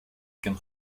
can